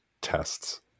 tests